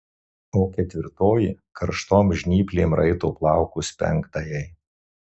o ketvirtoji karštom žnyplėm raito plaukus penktajai